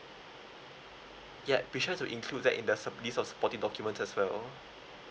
ya be sure to include that in the of supporting documents as well